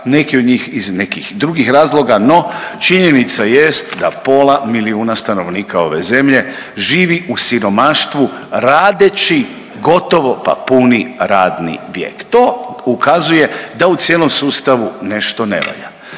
neki od njih iz nekih drugih razloga, no činjenica jest da pola milijuna stanovnika ove zemlje živi u siromaštvu radeći gotovo pa puni radni vijek. To ukazuje da u cijelom sustavu nešto ne valja.